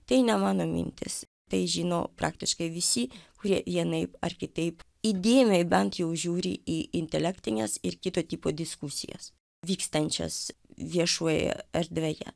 tai ne mano mintis tai žino praktiškai visi kurie vienaip ar kitaip įdėmiai bent jau žiūri į intelektines ir kito tipo diskusijas vykstančias viešojoje erdvėje